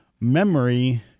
memory